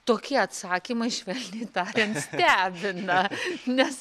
tokie atsakymai švelniai tariant stebina nes